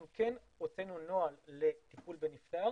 אנחנו כן הוצאנו נוהל לטיפול בנפטר